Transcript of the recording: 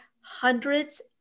hundreds